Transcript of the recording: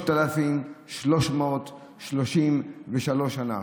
3,333 שנה.